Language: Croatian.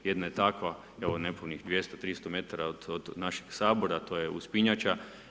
Jedna je takva evo nepunih 200, 300 metara od našeg Sabora a to je uspinjača.